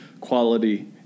quality